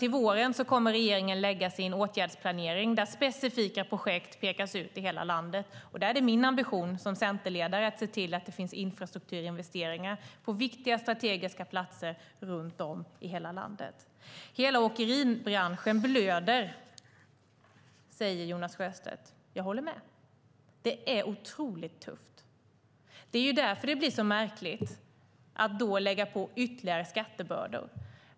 Till våren kommer regeringen att lägga fram sin åtgärdsplanering där specifika projekt i hela landet pekas ut. Det är min ambition som centerledare att då se till att det finns infrastrukturinvesteringar på viktiga strategiska platser runt om i hela landet. Hela åkerinäringen blöder, säger Jonas Sjöstedt. Jag håller med. Det är otroligt tufft. Det är därför det blir så märkligt att lägga på ytterligare skattebördor.